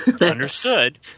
Understood